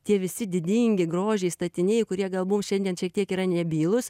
tie visi didingi grožiai statiniai kurie gal mum šiandien šiek tiek yra nebylūs